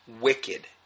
wicked